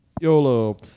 Yolo